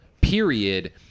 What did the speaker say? period